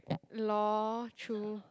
lol true